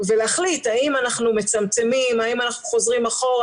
ולהחליט אם אנחנו מצמצמים, אם אנחנו חוזרים אחורה.